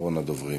אחרון הדוברים.